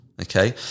Okay